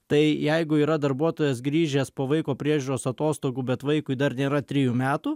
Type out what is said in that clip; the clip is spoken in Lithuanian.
tai jeigu yra darbuotojas grįžęs po vaiko priežiūros atostogų bet vaikui dar nėra trijų metų